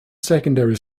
secondary